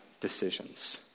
decisions